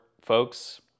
folks